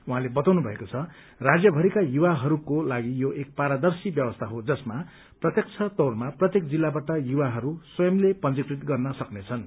उहाँले बताउनुभएको छ राज्यभरिका युवाहरूको लागि यो एक पारदर्शी व्यवस्था हो जसमा प्रत्यक्ष तौरमा प्रत्येक जिल्लाबाट युवाहरू स्वयंले पंजीकृत गर्न सक्नेछन्